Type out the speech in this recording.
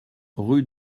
rue